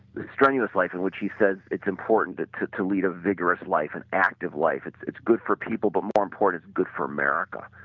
the strenuous life in which he says it's important to to lead a vigorous life and active life, it's it's good for people but more important it's good for america,